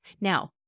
Now